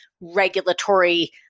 Regulatory